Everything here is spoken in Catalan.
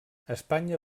espanya